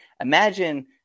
imagine